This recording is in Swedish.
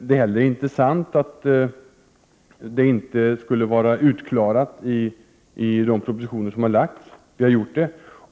Det är heller inte sant att det inte skulle vara klargjort i de propositioner som har framlagts.